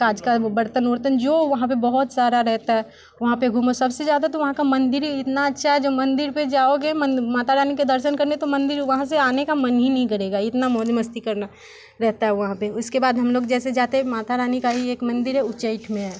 काँच का बर्तन उर्तन जो वहाँ पे बहुत सारा रहता है वहाँ पे घूमो सबसे ज़्यादा तो वहाँ का मंदिर ही इतना अच्छा है जो मंदिर में जाओगे माता रानी के दर्शन करने तो मंदिर वहाँ से आने का मन ही नहीं करेगा इतना मौज मस्ती करना रहता है वहाँ पे उसके बाद हम लोग जैसे जाते हैं माता रानी का ही एक मंदिर है उज्जैन में है